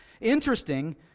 Interesting